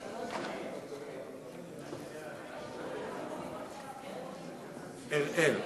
אֵראל,